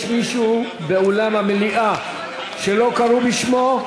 יש מישהו באולם המליאה שלא קראו בשמו?